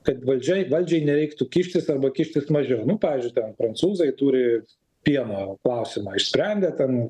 kad valdžiai valdžiai nereiktų kištis arba kištis mažiau nu pavyzdžiui prancūzai turi pieno klausimą išsprendę ten